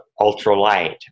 ultralight